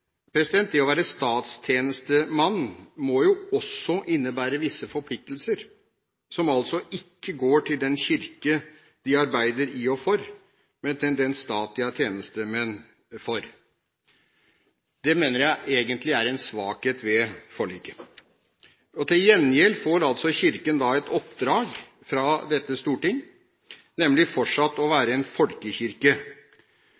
å være statstjenestemann må også innebære visse forpliktelser, forpliktelser som altså ikke går til den kirken de arbeider i og for, men til den stat de er tjenestemenn for. Det mener jeg egentlig er en svakhet ved forliket. Til gjengjeld får Kirken et oppdrag fra dette storting, nemlig fortsatt å